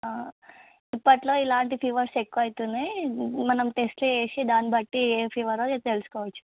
ఇప్పట్లో ఇలాంటి ఫీవర్స్ ఎక్కువ అవుతున్నాయి మనం టెస్ట్ చేసి దాని బట్టి ఏ ఫీవరో తెలుసుకోవచ్చు